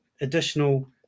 additional